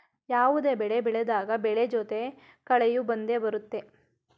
ಯಾವುದೇ ಬೆಳೆ ಬೆಳೆದಾಗ ಬೆಳೆ ಜೊತೆ ಕಳೆಯೂ ಬಂದೆ ಬರುತ್ತೆ